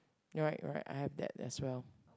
right right I have that as well